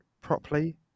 properly